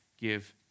give